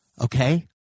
Okay